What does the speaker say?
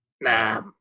Nah